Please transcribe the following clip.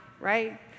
right